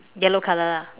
yellow color lah